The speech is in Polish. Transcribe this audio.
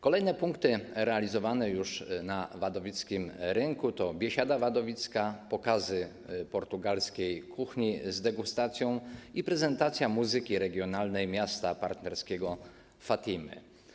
Kolejne punkty, realizowane już na wadowickim rynku, to biesiada wadowicka, pokazy portugalskiej kuchni z degustacją i prezentacja muzyki regionalnej miasta partnerskiego, Fatimy.